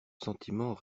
sentiment